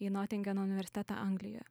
į notingeno universitetą anglijo